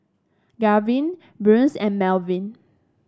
Garvin Bryce and Melvin